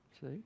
See